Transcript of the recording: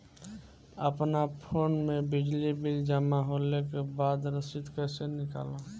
अपना फोन मे बिजली बिल जमा होला के बाद रसीद कैसे निकालम?